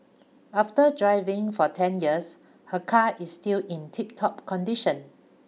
after driving for ten years her car is still in tiptop condition